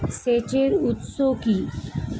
সেচের উৎস কি?